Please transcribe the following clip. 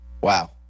Wow